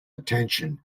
attention